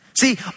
See